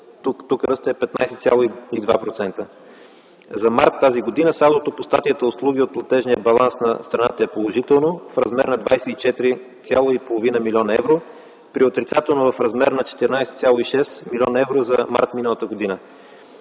Тук ръстът е 15,2%. За м. март 2010 г. салдото по статията „Услуги от платежния баланс на страната” е положително - в размер на 24,5 млн. евро, при отрицателно - в размер на 14,6 млн. евро за м. март 2009 г.